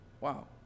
wow